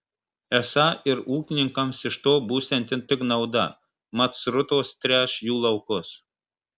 esą ir ūkininkams iš to būsianti tik nauda mat srutos tręš jų laukus